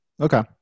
Okay